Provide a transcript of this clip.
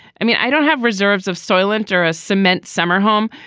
i mean, i don't have reserves of soylent or a cement summer home,